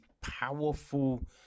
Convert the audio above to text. powerful